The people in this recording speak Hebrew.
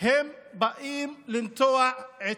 הם באים לנטוע עצים.